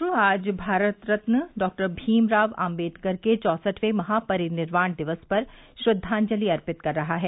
राष्ट्र आज भारत रत्न डॉक्टर भीमराव आम्बेडकर के चौसठवें महापरिनिर्वाण दिवस पर श्रद्वाजंति अर्पित कर रहा है